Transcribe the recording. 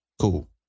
cool